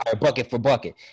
bucket-for-bucket